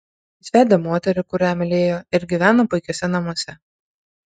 jis vedė moterį kurią mylėjo ir gyveno puikiuose namuose